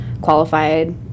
qualified